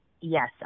Yes